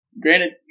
granted